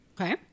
Okay